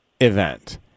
event